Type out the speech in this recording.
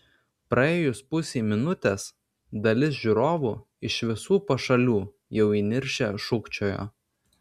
praėjus pusei minutės dalis žiūrovų iš visų pašalių jau įniršę šūkčiojo